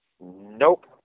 Nope